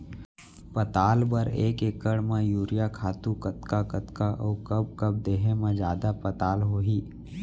पताल बर एक एकड़ म यूरिया खातू कतका कतका अऊ कब कब देहे म जादा पताल होही?